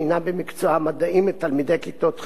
במקצוע המדעים בקרב תלמידי כיתות ח'.